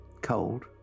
cold